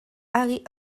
harry